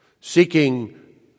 seeking